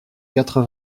quatre